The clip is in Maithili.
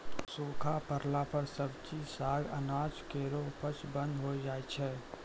सूखा परला पर सब्जी, साग, अनाज केरो उपज बंद होय जाय छै